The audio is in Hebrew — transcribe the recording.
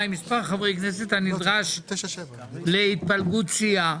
מספר חברי הכנסת הנדרש להתפלגות סיעה,